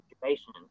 situation